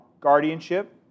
guardianship